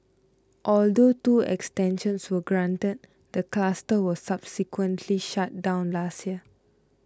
although two extensions were granted the cluster was subsequently shut down last year